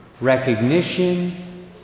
recognition